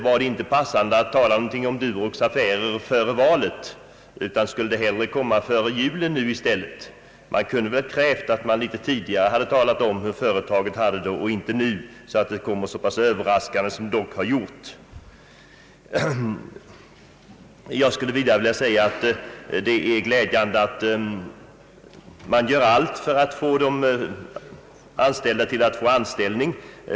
Var det inte passande att tala om Durox” affärer före valet, utan skulle det hellre ske före julen? Man kunde väl ha krävt att företaget litet tidigare hade talat om hur företaget hade det, så att det inte nu kommer så pass överraskande som det dock har gjort. Jag skulle vidare vilja säga att det är glädjande att man gör allt för att skaffa nytt arbete åt de anställda.